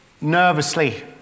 nervously